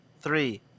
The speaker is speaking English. Three